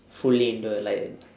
fully into a lion